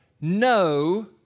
no